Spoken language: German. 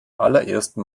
allerersten